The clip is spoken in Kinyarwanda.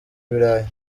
ibirayi